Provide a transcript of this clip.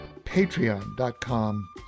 Patreon.com